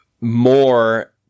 more